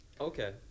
Okay